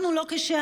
אנחנו לא כשהיינו.